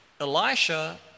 Elisha